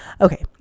Okay